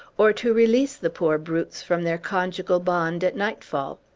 or to release the poor brutes from their conjugal bond at nightfall.